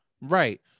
right